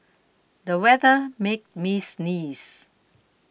the weather made me sneeze